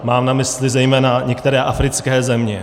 Mám na mysli zejména některé africké země.